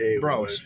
Bro